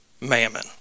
Mammon